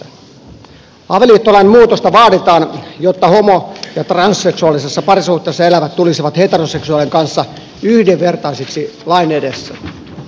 avioliittolain muutosta vaaditaan jotta homo ja transseksuaalisessa parisuhteessa elävät tulisivat heteroseksuaalien kanssa yhdenvertaisiksi lain edessä